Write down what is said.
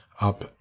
up